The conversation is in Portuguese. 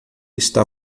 está